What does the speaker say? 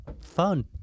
Fun